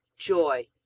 joy,